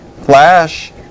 Flash